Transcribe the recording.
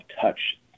touch